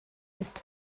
ist